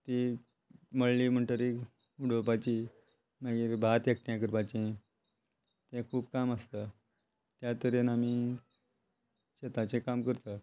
ती मळ्ळी म्हणटरी उडोवपाची मागीर भात एकठांय करपाची ते खूब काम आसता त्या तरेन आमी शेताचें काम करता